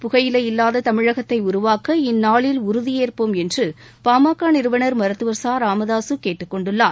புகையிலை இல்லாத தமிழகத்தை உருவாக்க இந்நாளில் உறுதியேற்போம் என்று பாமக நிறுவனர் மருத்துவர் ச ராமதாசு கேட்டுக்கொண்டுள்ளார்